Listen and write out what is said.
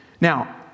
now